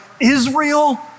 Israel